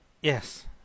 Yes